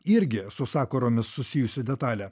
irgi su sakuromis susijusi detalė